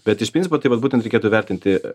bet iš principo tai vat būtent reikėtų įvertinti